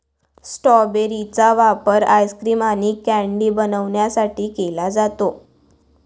strawberry चा वापर ice cream आणि कँडी बनवण्यासाठी केला जातो